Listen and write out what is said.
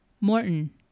Morton